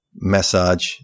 massage